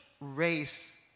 race